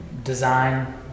Design